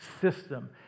system